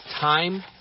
time